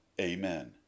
Amen